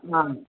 आं